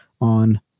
on